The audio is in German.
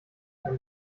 ein